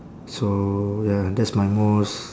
so ya that's my most